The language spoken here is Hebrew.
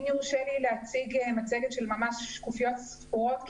אם יורשה לי להציג מצגת של ממש שקופיות ספורות,